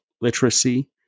literacy